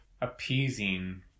appeasing